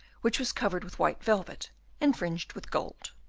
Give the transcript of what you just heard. which was covered with white velvet and fringed with gold.